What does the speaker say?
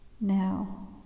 now